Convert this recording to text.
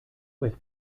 with